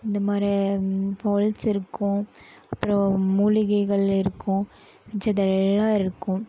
இந்த மாதிரி ஃபால்ஸ் இருக்கும் அப்புறம் மூலிகைகள் இருக்கும் மிச்சது எல்லாம் இருக்கும்